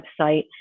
website